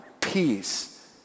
peace